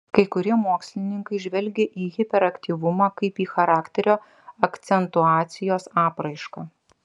kai kurie mokslininkai žvelgia į hiperaktyvumą kaip į charakterio akcentuacijos apraišką